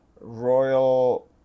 royal